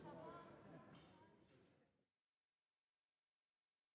Merci,